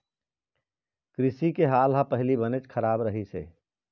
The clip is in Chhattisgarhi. कृषि के हाल ह पहिली बनेच खराब रहिस हे